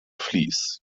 vlies